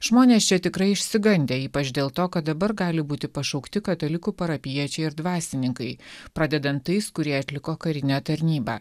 žmonės čia tikrai išsigandę ypač dėl to kad dabar gali būti pašaukti katalikų parapijiečiai ir dvasininkai pradedant tais kurie atliko karinę tarnybą